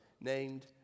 named